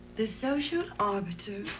the social arbiter.